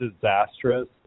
disastrous